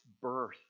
birth